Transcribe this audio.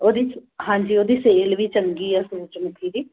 ਉਹਦੀ ਹਾਂਜੀ ਉਹਦੀ ਸੇਲ ਵੀ ਚੰਗੀ ਆ ਸੂਰਜਮੁਖੀ ਦੀ